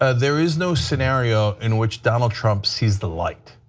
ah there is no scenario in which donald trump sees the light.